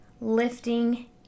lifting